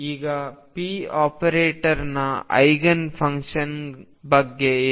ಈಗ p ಆಪರೇಟರ್ನ eigen function ಬಗ್ಗೆ ಏನು